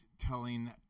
telling